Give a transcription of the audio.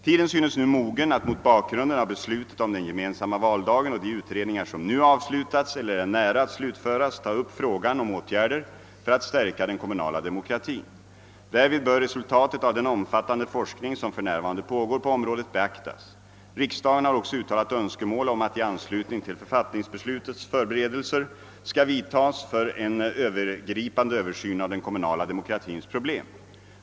Tiden synes nu mogen att mot bakgrunden av beslutet om den gemensamma valdagen och de utredningar som avslutats eller är nära att slutföras ta upp frågan om åtgärder för att stärka den kommunala demokratin. Därvid bör resultatet av den omfattande forskning som för närvarande pågår på området beaktas. Riksdagen har också uttalat önskemål om att i anslutning till författningsbeslutet föreberedelser skall vidtas för en övergripande Översyn av den kommunala demokratins problem.